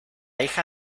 hija